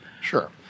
Sure